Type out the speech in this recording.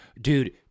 Dude